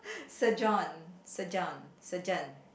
surgeon surgeon surgeon